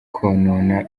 konona